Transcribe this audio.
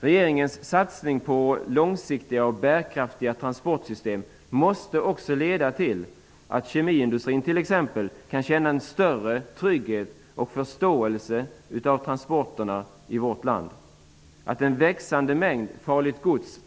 Regeringens satsning på långsiktiga och bärkraftiga transportsystem måste också leda till att t.ex. kemiindustrin känner en större trygghet och förståelse för transporterna. Vi känner alla till att en växande mängd farligt gods